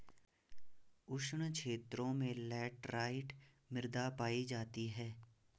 उष्ण क्षेत्रों में लैटराइट मृदा पायी जाती है